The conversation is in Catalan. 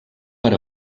per